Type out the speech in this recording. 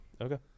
okay